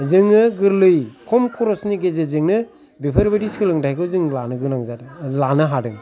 जोङो गोरलै खम खरसनि गेजेरजोंनो बेफोर बायदि सोलोंथायखाै जों लानो गोनां जादों लानो हादों